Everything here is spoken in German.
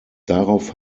darauf